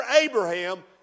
Abraham